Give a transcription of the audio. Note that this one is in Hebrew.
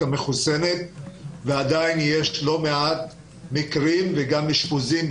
מחוסנת ועדיין בדרום אפריקה יש לא מעט מקרים וגם אשפוזים,